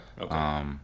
okay